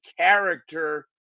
character